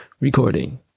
recording